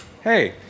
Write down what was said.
hey